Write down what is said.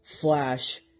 Flash